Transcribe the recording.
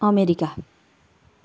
America